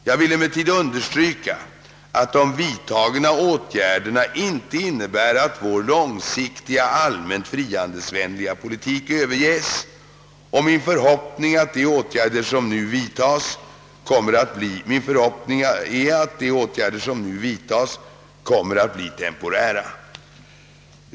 Jag vill emellertid understryka att de vidtagna åtgärderna inte innebär att vår långsiktiga allmänt frihandelsvänliga politik överges, och min förhoppning är att de åtgärder som nu vidtas kommer att bli temporära.